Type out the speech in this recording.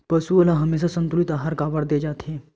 पशुओं ल हमेशा संतुलित आहार काबर दे जाथे?